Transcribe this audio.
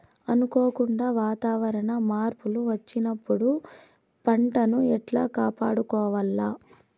అనుకోకుండా వాతావరణ మార్పులు వచ్చినప్పుడు పంటను ఎట్లా కాపాడుకోవాల్ల?